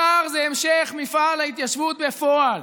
העיקר זה המשך מפעל ההתיישבות בפועל.